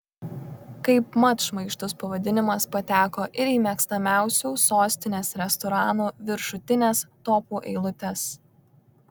kaip mat šmaikštus pavadinimas pateko ir į mėgiamiausių sostinės restoranų viršutines topų eilutes